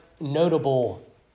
notable